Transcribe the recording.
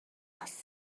нас